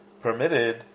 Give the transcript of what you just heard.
permitted